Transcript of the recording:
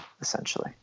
essentially